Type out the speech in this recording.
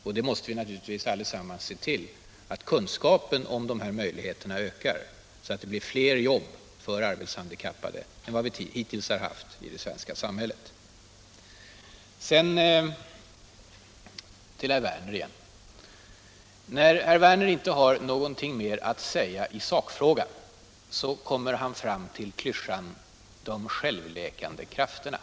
Och vi måste allesammans se till att kunskapen om dessa möjligheter ökar så att det blir fler jobb för arbetshandikappade än vi hittills haft i det svenska samhället. Sedan till herr Werner. När Lars Werner inte har någonting mer att säga — Samordnad i sakfrågan kommer han fram till klyschan ”de självläkande krafterna”.